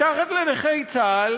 מתחת לנכי צה"ל